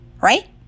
right